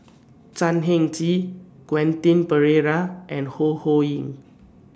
Chan Heng Chee Quentin Pereira and Ho Ho Ying